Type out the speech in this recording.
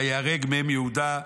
וייהרג מהם יהודה".